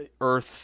earth